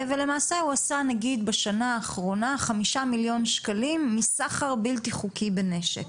ולמעשה הוא עשה נגיד בשנה האחרונה 5 מיליון שקלים מסחר בלתי חוקי בנשק.